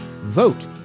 Vote